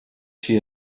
she